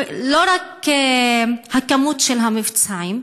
לא רק ההיקף של המבצעים,